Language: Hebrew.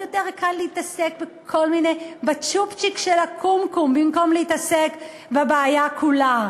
אבל יותר קל להתעסק בצ'ופצ'יק של הקומקום במקום להתעסק בבעיה כולה,